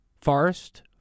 forest